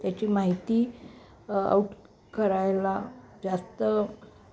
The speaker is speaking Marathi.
त्याची माहिती आऊट करायला जास्त